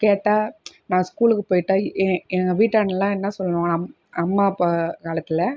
கேட்டால் நான் ஸ்கூலுக்கு போயிட்டால் எங்கள் வீட்டாண்டலாம் என்ன சொல்லுவாங்கனா அம்மா அப்பா காலத்தில்